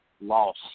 loss